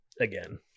again